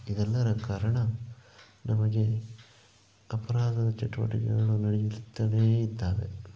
ಇದೆಲ್ಲರ ಕಾರಣ ನಮಗೆ ಅಪರಾಧದ ಚಟುವಟಿಕೆಗಳು ನಡೆಯುತ್ತಲೇ ಇದ್ದಾವೆ